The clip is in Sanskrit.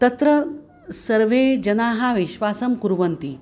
तत्र सर्वे जनाः विश्वासं कुर्वन्ति